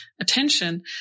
attention